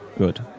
Good